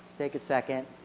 take a second.